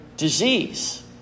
disease